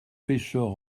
pêcheurs